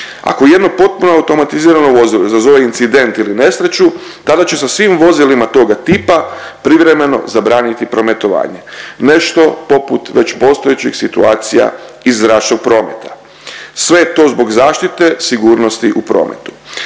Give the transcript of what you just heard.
Ako jedno potpuno automatizirano vozilo izazove incident ili nesreću tada će se svim vozilima toga tipa privremeno zabraniti prometovanje. Nešto poput već postojećih situacija iz zračnog prometa. Sve je to zbog zaštite sigurnosti u prometu.